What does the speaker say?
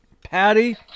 Patty